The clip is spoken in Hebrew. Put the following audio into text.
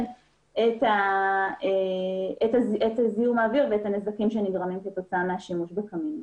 את זיהום האוויר ואת הנזקים שנגרמים כתוצאה משימוש בקמינים.